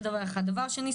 דבר שני,